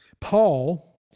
Paul